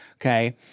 okay